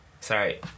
sorry